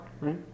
Right